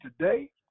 today